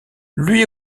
lui